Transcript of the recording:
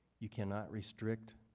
you cannot restrict